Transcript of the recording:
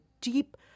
deep